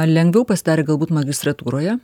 lengviau pasidarė galbūt magistratūroje